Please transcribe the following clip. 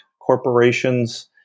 Corporation's